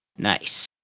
Nice